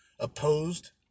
opposed